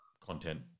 content